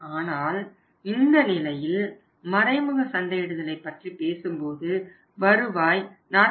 ஆனால் இந்த நிலையில் மறைமுக சந்தையிடுதலை பற்றிப் பேசும்போது வருவாய் 44